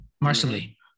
Marceline